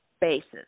basis